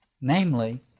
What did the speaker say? Namely